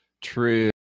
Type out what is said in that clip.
True